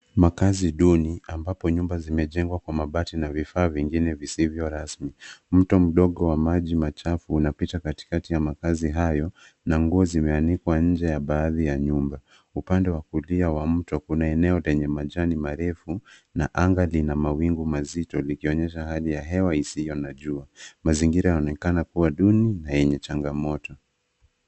Makazi duni ambapo nyumba zimejengwa kwa mabati na vifaa vingine visivyo rasmi. Mto mdogo wa maji machafu unapita katikati ya makazi hayo na nguo zimeanikwa nje ya baadhi ya nyumba. Upande wa kulia wa mto kuna eneo lenye majani marefu na anga lina mawingu mazito likionyesha hali ya hewa isiyo na jua. Mazingira yanaonekana kuwa duni na yenye changamoto.